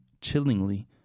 chillingly